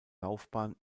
laufbahn